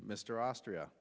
mr austria